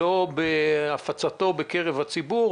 לא בהפצתו בקרב הציבור,